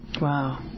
Wow